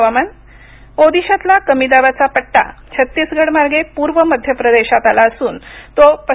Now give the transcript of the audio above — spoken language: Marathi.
हवामान ओदिशतला कमी दाबाचा पट्टा छत्तिसगड मार्गे पूर्व मध्य प्रदेशापर्यंत आला असून तो पश